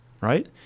right